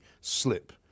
slip